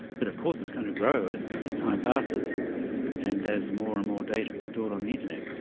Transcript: but of course it's going to grow as as time passes and as more and more data is stored on the internet.